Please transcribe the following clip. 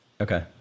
Okay